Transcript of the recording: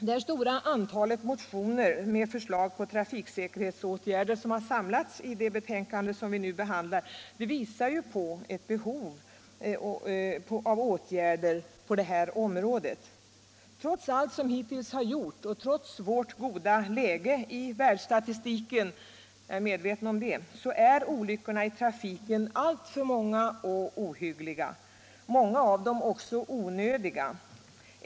Det stora antal motioner med förslag till trafiksäkerhetsåtgärder som har samlats i det betänkande vi nu behandlar visar ju på ett behov av åtgärder på detta område. Trots allt som hittills har gjorts och trots vårt goda läge i världsstatistiken — jag är medveten om det — är olyckorna i trafiken alltför många och ohyggliga — många av dem också onödiga.